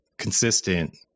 consistent